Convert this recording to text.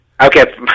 Okay